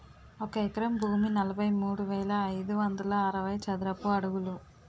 ఒక ఎకరం భూమి నలభై మూడు వేల ఐదు వందల అరవై చదరపు అడుగులు